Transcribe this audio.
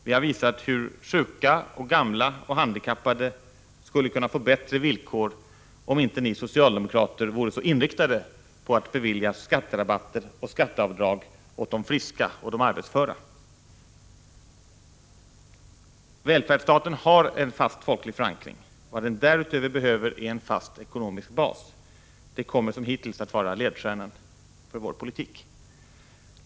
Vi har visat hur sjuka och gamla och handikappade skulle kunna få bättre villkor om inte ni socialdemokrater vore så inriktade på att bevilja skatterabatter och skatteavdrag åt de friska och arbetsföra. Välfärdsstaten har en fast folklig förankring. Vad den därutöver behöver är en fast ekonomisk bas. Det kommer som hittills att vara ledstjärnan för vår politik.